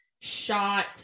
shot